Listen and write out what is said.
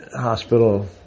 hospital